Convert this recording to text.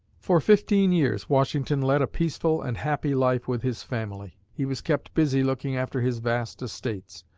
for fifteen years, washington led a peaceful and happy life with his family. he was kept busy looking after his vast estates.